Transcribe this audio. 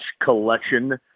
collection